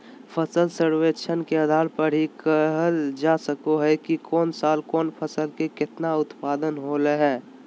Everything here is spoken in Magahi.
फसल सर्वेक्षण के आधार पर ही कहल जा सको हय कि कौन साल कौन फसल के केतना उत्पादन होलय हें